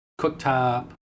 cooktop